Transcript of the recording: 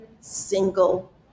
single